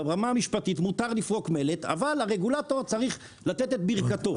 אלא ברמה המשפטית מותר לפרוק מלט אבל הרגולטור צריך לתת את ברכתו.